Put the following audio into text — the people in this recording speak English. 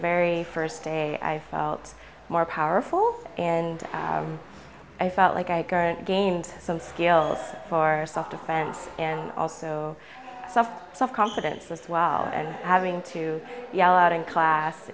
very first day i felt more powerful and i felt like i gained some skills for self defense and also some self confidence was well and having to yell out in class